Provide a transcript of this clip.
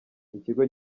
ikigo